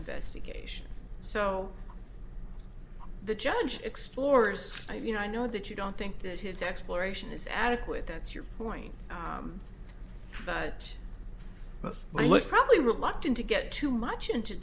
investigation so the judge explorers you know i know that you don't think that his exploration is adequate that's your point but i was probably reluctant to get too much into